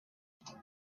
though